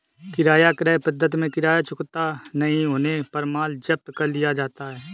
किराया क्रय पद्धति में किराया चुकता नहीं होने पर माल जब्त कर लिया जाता है